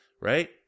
right